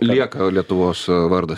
lieka lietuvos vardas